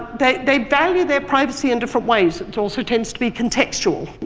they they value their privacy in different ways, it also tends to be contextual.